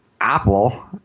Apple